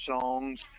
songs